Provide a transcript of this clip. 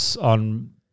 On